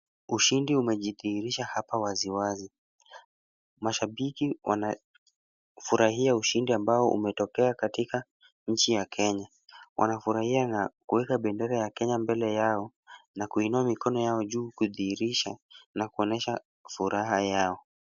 Ushindi unajidhihirisha waziwazi. Mashabiki wanafurahia usindi ambao umetokea katika nchi ya Kenya. Wanafurahia na kuweka bendera ya Kenya mbele yao na kuinua mkono yao juu kudhihirisha na kuonesha furaha yao.